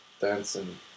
dancing